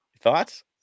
Thoughts